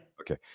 Okay